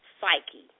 psyche